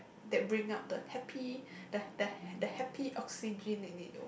that bring out the happy the the the happy oxygen you need though